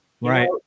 Right